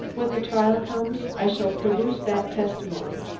when the trial comes, i shall produce that testimony.